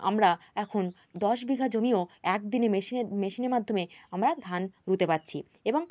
আমরা এখন দশ বিঘা জমিও এক দিনে মেশিনে মেশিনের মাধ্যমে আমরা ধান রুইতে পারছি এবং